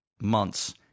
months